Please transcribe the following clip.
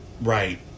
right